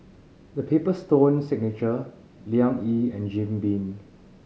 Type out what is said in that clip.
The Paper Stone Signature Liang Yi and Jim Beam